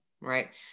right